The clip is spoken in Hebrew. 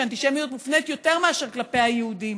שאנטישמיות מופנית יותר מאשר כלפי היהודים.